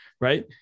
right